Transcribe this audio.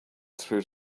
through